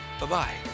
Bye-bye